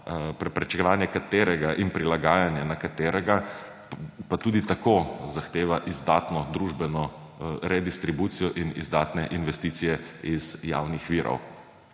preprečevanje katerega in prilagajanje na katerega pa tudi tako zahteva izdatno družbeno redistribucijo in izdatne investicije iz javnih virov,